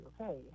okay